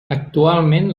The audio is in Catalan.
actualment